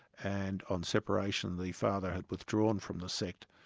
and on separation, the father had withdrawn from the sect,